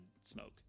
smoke